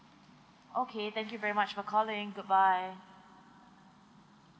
okay thank you very much for calling goodbye